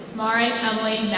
mary emily